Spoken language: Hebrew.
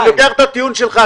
אני לוקח את הטיעון שלך,